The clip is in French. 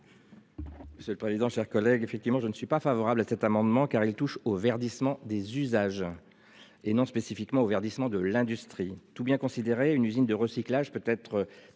Monsieur le président. Chers collègues effectivement je ne suis pas favorable à cet amendement car il touche au verdissement des usages. Et non spécifiquement au verdissement de l'industrie tout bien considéré, une usine de recyclage peut être